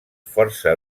força